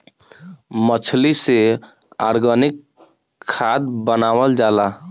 मछली से ऑर्गनिक खाद्य बनावल जाला